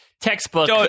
textbook